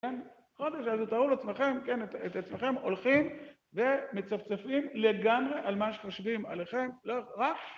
כן, יכול להיות תארו לעצמכם, כן את עצמכם הולכים ומצפצפים לגמרי על מה שחושבים עליכם, לא רק...